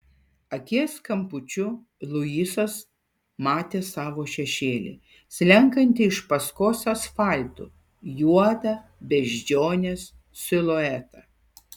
akies kampučiu luisas matė savo šešėlį slenkantį iš paskos asfaltu juodą beždžionės siluetą